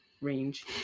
range